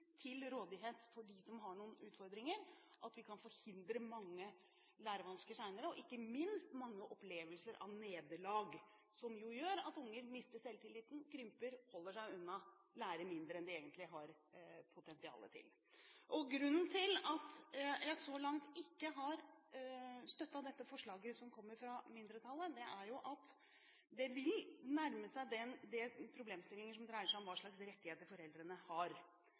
til rådighet for dem som har noen utfordringer, at vi kan forhindre mange lærevansker senere og ikke minst mange opplevelser av nederlag, som jo gjør at barn mister selvtilliten, krymper, holder seg unna, lærer mindre enn de egentlig har potensial til. Grunnen til at jeg så langt ikke har støttet det forslaget som kommer fra mindretallet, er at det vil nærme seg en del problemstillinger som dreier seg om hva slags rettigheter foreldrene har,